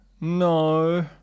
no